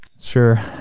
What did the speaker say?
sure